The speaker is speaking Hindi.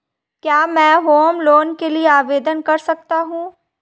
क्या मैं होम लोंन के लिए आवेदन कर सकता हूं?